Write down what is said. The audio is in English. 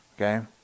Okay